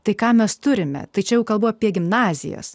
tai ką mes turime tačiau kalbu apie gimnazijas